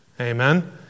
Amen